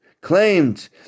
Claimed